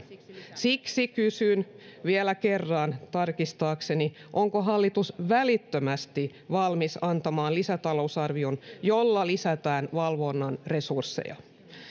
siksi kysyn vielä kerran tarkistaakseni onko hallitus välittömästi valmis antamaan lisätalousarvion jolla lisätään valvonnan resursseja